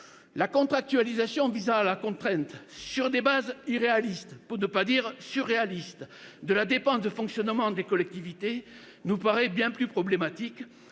La contractualisation visant à contraindre, sur des bases irréalistes, pour ne pas dire surréalistes, la dépense de fonctionnement des collectivités nous paraît bien plus problématique,